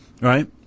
right